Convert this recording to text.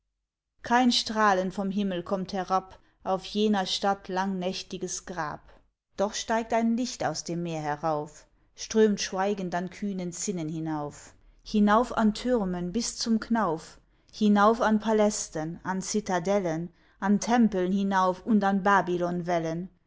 kein strahlen vom himmel kommt herab auf jener stadt langnächtiges grab doch steigt ein licht aus dem meer herauf strömt schweigend an kühnen zinnen hinauf hinauf an türmen bis zum knauf hinauf an palästen an zitadellen an tempeln hinauf und an